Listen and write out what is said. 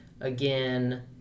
again